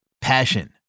Passion